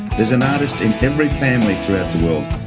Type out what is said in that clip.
there's an artist in every family throughout the world.